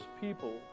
people